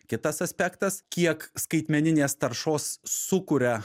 kitas aspektas kiek skaitmeninės taršos sukuria